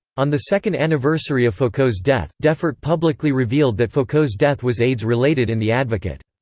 on the second anniversary of foucault's death, defert publicly revealed that foucault's death was aids-related in the advocate.